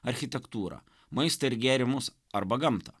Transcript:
architektūrą maistą ir gėrimus arba gamtą